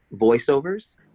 voiceovers